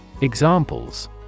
Examples